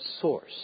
source